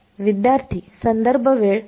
विद्यार्थी पहिला